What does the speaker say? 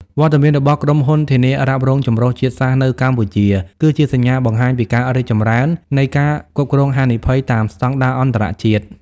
វត្តមានរបស់ក្រុមហ៊ុនធានារ៉ាប់រងចម្រុះជាតិសាសន៍នៅកម្ពុជា គឺជាសញ្ញាបង្ហាញពីការរីកចម្រើននៃ ការគ្រប់គ្រងហានិភ័យ តាមស្ដង់ដារអន្តរជាតិ។